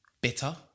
bitter